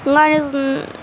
میں اس